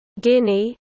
Guinea